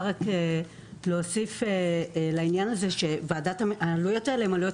רק להוסיף לעניין הזה שוועדת העלויות האלה הן עלויות